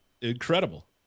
incredible